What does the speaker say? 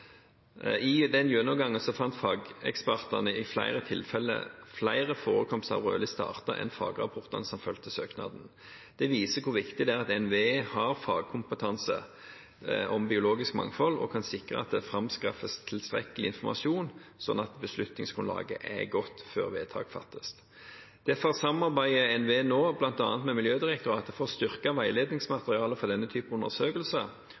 fant fagekspertene i flere tilfeller flere forekomster av rødlistede arter enn fagrapportene som fulgte søknaden, gjorde. Det viser hvor viktig det er at NVE har fagkompetanse om biologisk mangfold og kan sikre at det framskaffes tilstrekkelig informasjon, sånn at beslutningsgrunnlaget er godt før vedtak fattes. Derfor samarbeider NVE nå bl.a. med Miljødirektoratet for å styrke